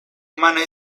humana